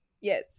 Yes